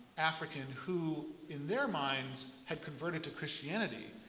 african who in their minds had converted to christianity.